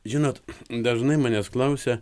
žinot dažnai manęs klausia